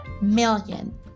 million